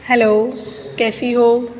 hello کیسی ہو